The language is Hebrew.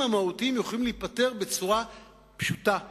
המהותיים יכולים להיפתר בצורה פשוטה לכאורה.